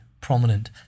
prominent